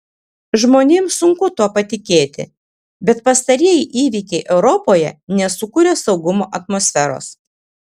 žmonėms sunku tuo patikėti bet pastarieji įvykiai europoje nesukuria saugumo atmosferos